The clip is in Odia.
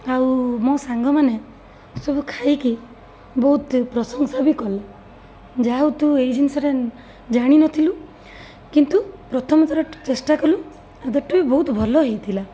ଆଉ ମୋ ସାଙ୍ଗମାନେ ସବୁ ଖାଇକି ବହୁତ ପ୍ରଶଂସା ବି କଲା ଯାହା ହଉ ତୁ ଏଇ ଜିନିଷଟା ଜାଣିନଥିଲୁ କିନ୍ତୁ ପ୍ରଥମଥର ଚେଷ୍ଟା କଲୁ ଦ୍ୟାଟ୍ ଟୁ ବି ବହୁତ ଭଲ ହେଇଥିଲା